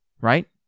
right